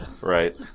Right